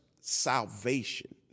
salvation